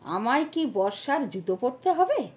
আমায় কি বর্ষার জুতো পরতে হবে